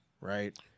right